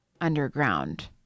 underground